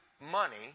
money